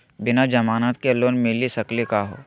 बिना जमानत के लोन मिली सकली का हो?